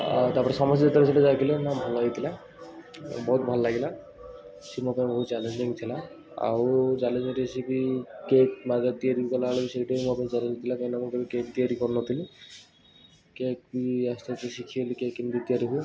ଆଉ ତା'ପରେ ସମସ୍ତେ ଯେତେବେଳେ ସେଇଟା ଚାଖିଲେ ନା ଭଲ ହେଇଥିଲା ବହୁତ ଭଲ ଲାଗିଲା ସିଏ ମୋ ପାଇଁ ବହୁ ଚାଲେଞ୍ଜିଙ୍ଗ୍ ଥିଲା ଆଉ ଚାଲେଞ୍ଜିଙ୍ଗ୍ ରେସିପି କେକ୍ ମାନେ ତିଆରି କଲାବେଳକୁ ସେଇଟା ବି ମୋ ପାଇଁ ଚାଲେଞ୍ଜିଙ୍ଗ୍ ଥିଲା କାହିଁକିନା ମୁଁ କେବେ କେକ୍ ତିଆରି କରିନଥିଲି କେକ୍ ଆସ୍ତେ ଆସ୍ତେ ଶିଖିଗଲି କେକ୍ କିମିତି ତିଆରି ହୁଏ